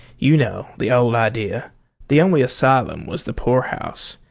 you know the old idea the only asylum was the poorhouse,